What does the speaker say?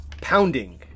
pounding